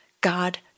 God